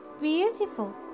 beautiful